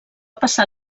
passar